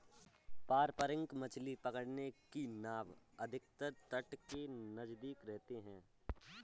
पारंपरिक मछली पकड़ने की नाव अधिकतर तट के नजदीक रहते हैं